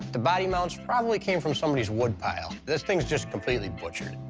the body mounts probably came from somebody's wood pile. this thing's just completely butchered.